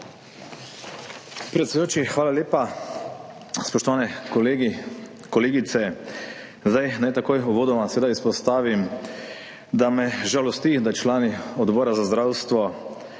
Predsedujoči, hvala lepa. Spoštovani kolegi, kolegice! Naj takoj uvodoma izpostavim, da me žalosti, da so člani Odbora za zdravstvo